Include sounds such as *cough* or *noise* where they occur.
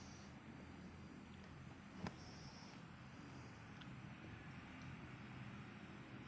*breath*